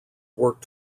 work